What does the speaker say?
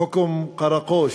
חוכום קראקוש.